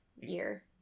year